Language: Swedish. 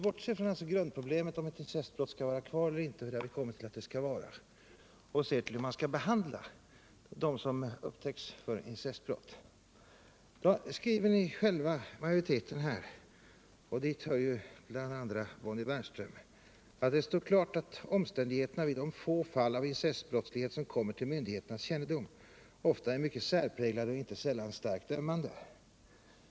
Bortser vi från grundproblemet, om incestbrottet skall vara kvar eller inte — vi har kommit till att det skall vara kvar — och ser till hur man skall behandla dem som upptäcks för incestbrott, så skriver ni själva inom majoriteten, och dit hör ju bl.a. Bonnie Bernström, att det står klart ”att omständigheterna vid de få fall av incestbrottslighet, som kommer till myndigheternas kännedom, ofta är mycket särpräglade och inte sällan starkt ömmande”.